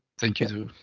thank you.